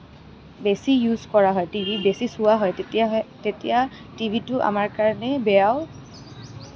বেছি ইউজ কৰা হয় টিভি বেছি চোৱা হয় তেতিয়া টিভিটো আমাৰ কাৰণে বেয়াও